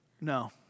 No